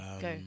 go